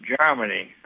Germany